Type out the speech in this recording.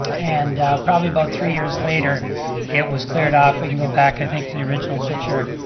and probably about three years later it was cleared off. we can go back, i think, to the original picture.